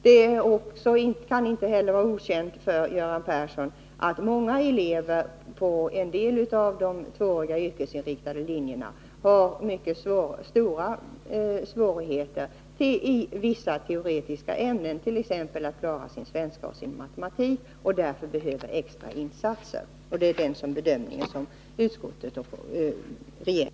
Inte heller är det väl okänt för honom att många elever på en del av de tvååriga yrkesinriktade linjerna har mycket stora svårigheter i vissa teoretiska ämnen, t.ex. svenska och matematik, och därför behöver extra insatser. Det är den bedömning som utskottet har gjort.